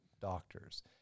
doctors